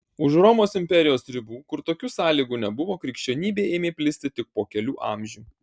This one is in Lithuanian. už romos imperijos ribų kur tokių sąlygų nebuvo krikščionybė ėmė plisti tik po kelių amžių